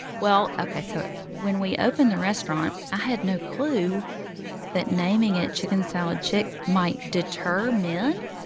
well, ok. so when we opened the restaurant, i had no clue that naming it chicken salad chick might deter men.